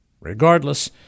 Regardless